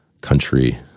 country